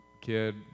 kid